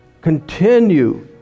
continue